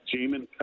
Jamin